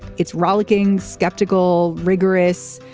it's rollicking skeptical rigorous.